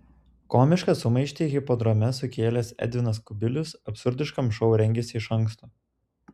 komišką sumaištį hipodrome sukėlęs edvinas kubilius absurdiškam šou rengėsi iš anksto